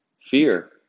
Fear